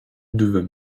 devint